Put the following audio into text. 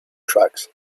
tracks